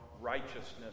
righteousness